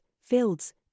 fields